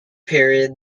period